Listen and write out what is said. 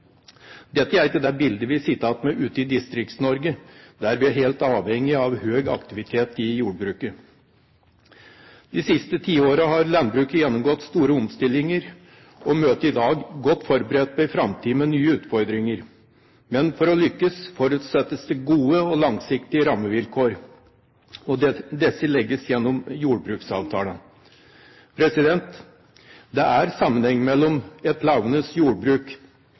Dette er ikke det bildet vi sitter igjen med ute i Distrikts-Norge, der vi er helt avhengig av høy aktivitet i jordbruket. De siste tiårene har landbruket gjennomgått store omstillinger og møter i dag en framtid med nye utfordringer godt forberedt. Men for å lykkes forutsettes det gode og langsiktige rammevilkår, og disse legges gjennom jordbruksavtaler. Det er sammenheng mellom et levende jordbruk,